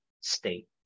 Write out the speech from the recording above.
state